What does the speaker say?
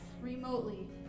remotely